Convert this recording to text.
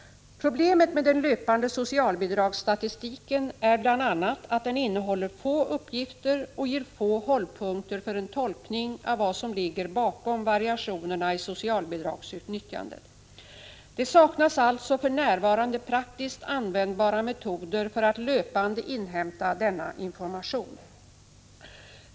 Problemet med den löpande socialbidragsstatistiken är bl.a. att den innehåller få uppgifter och ger få hållpunkter för en tolkning av vad som ligger bakom variationerna i socialbidragsutnyttjandet. Det saknas alltså för närvarande praktiskt användbara metoder för att löpande inhämta denna information.